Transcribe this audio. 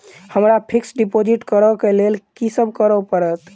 हमरा fix deposit करऽ केँ लेल की सब करऽ पड़त?